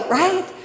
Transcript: right